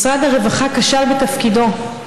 משרד הרווחה כשל בתפקידו.